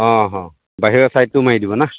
অঁ অঁ বাহিৰাৰ ছাইডটো মাৰি দিব ন